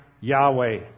Yahweh